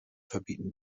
verbieten